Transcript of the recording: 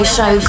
Show